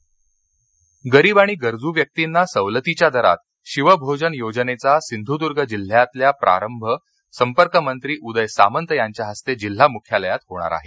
शिवभोजन सिंधदर्ग रत्नागिरी गरीब आणि गरजू व्यक्तींना सवलतीच्या दरात शिवभोजन योजनेचा सिंधुदर्ग जिल्हयातल्या प्रारंभ संपर्कमंत्री उदय सामंत यांच्या हस्ते जिल्हा मुख्यालयात होणार आहे